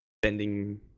spending